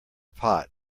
pot